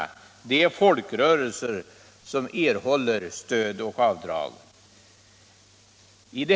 Det är folkrörelser som erhåller stöd om avdrag medges.